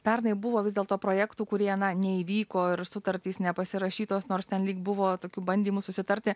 pernai buvo vis dėlto projektų kurie na neįvyko ir sutartys nepasirašytos nors ten lyg buvo tokių bandymų susitarti